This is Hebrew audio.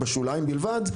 בשוליים בלבד,